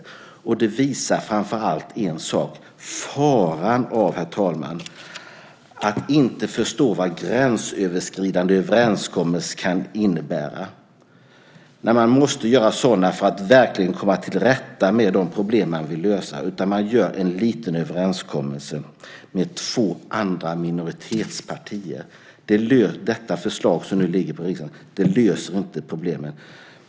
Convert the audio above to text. Framför allt visar det på en sak, nämligen på faran, herr talman, av att inte förstå vad gränsöverskridande överenskommelser kan innebära när man måste träffa sådana för att verkligen komma till rätta med de problem som man vill lösa. I stället träffar man en liten överenskommelse med två andra minoritetspartier. Det förslag som nu ligger på riksdagens bord löser inte problemen.